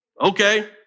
Okay